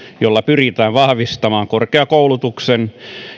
jolla pyritään vahvistamaan korkeakoulutuksen